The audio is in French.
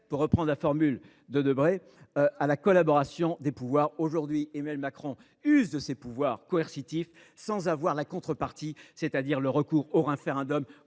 pour reprendre la formule de Debré, à la « collaboration des pouvoirs ». Aujourd’hui, Emmanuel Macron use de ses pouvoirs coercitifs sans la contrepartie, c’est à dire le recours au peuple,